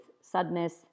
sadness